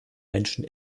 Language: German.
menschen